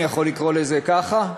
אני יכול לקרוא לזה ככה?